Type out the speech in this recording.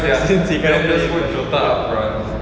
since he cannot play